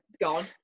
Gone